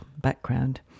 background